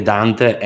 Dante